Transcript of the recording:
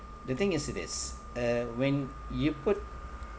the thing is it is uh when you put